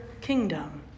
kingdom